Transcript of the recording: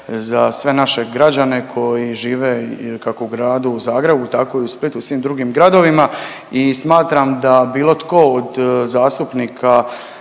za sve naše građane koji žive kako u gradu Zagrebu tako i u Splitu i svim drugim gradovima. I smatram da bilo tko od zastupnika